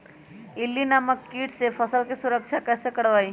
इल्ली नामक किट से फसल के सुरक्षा कैसे करवाईं?